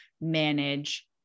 manage